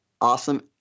awesome